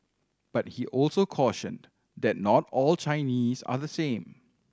but he also cautioned that not all Chinese are the same